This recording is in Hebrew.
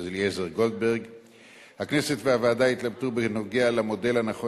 אני מתכבד להביא בפניכם